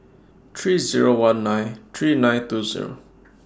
three Zero one nine three nine two Zero